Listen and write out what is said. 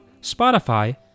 Spotify